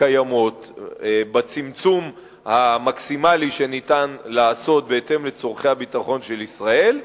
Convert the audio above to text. שקיימות בצמצום המקסימלי שניתן לעשות בהתאם לצורכי הביטחון של ישראל,